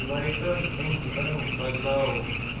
لایٹن ہُنٛد رنٛگ بدلاو